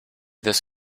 this